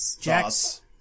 Jax